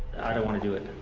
i don't wanna do it.